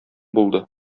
булды